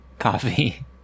coffee